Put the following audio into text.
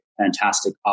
fantastic